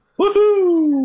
woohoo